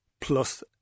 plus